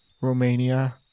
Romania